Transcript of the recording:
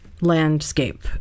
landscape